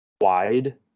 Wide